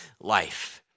life